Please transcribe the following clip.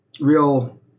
real